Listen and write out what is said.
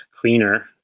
cleaner